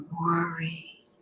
worry